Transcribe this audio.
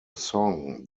song